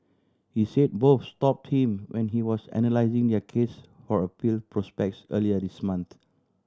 he said both stopped him when he was analysing their case for appeal prospects earlier this month